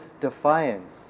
defiance